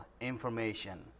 information